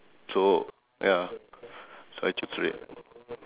so ya so I choose red